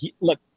look